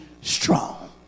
strong